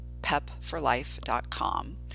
pepforlife.com